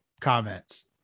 comments